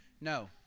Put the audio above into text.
No